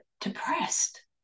depressed